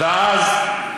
נחמן,